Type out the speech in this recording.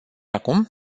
acum